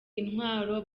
intwaro